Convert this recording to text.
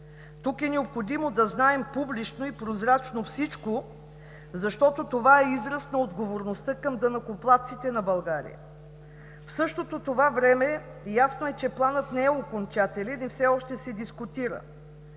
Тук е необходимо да знаем публично и прозрачно всичко, защото това е израз на отговорността към данъкоплатците на България. В същото това време ясно е, че планът не е окончателен и все още се дискутира.